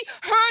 heard